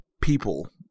people